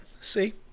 See